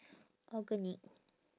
organic